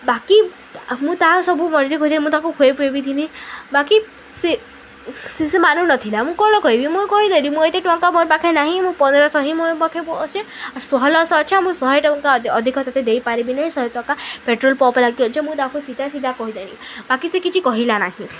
ବାକି ମୁଁ ତା ସବୁ ମର୍ଜିରେ ମୁଁ ତାକୁ ଖୁଇ ପିଇବିଥିନି ବାକି ସେ ସେ ସେ ମାନୁନଥିଲା ମୁଁ କ'ଣ କହିବି ମୁଁ କହିଦେଲି ମୁଁ ଏତେ ଟଙ୍କା ମୋର୍ ପାଖେ ନାହିଁ ମୁଁ ପନ୍ଦ୍ର ଶହ ମୋ ପାଖେ ଅଛେ ଆ ଷୋହଲଶହ ଅଛେ ମୁଁ ଶହେ ଟଙ୍କା ଅଧିକ ତତେ ଦେଇପାରିବି ନାହିଁ ଶହେ ଟଙ୍କା ପେଟ୍ରୋଲ୍ ପମ୍ପ୍ ଲାଗି ଅଛେ ମୁଁ ତାକୁ ସିଧା ସିଧା କହିଦେଲିି ବାକି ସେ କିଛି କହିଲା ନାହିଁ